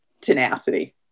Tenacity